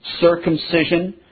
Circumcision